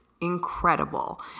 incredible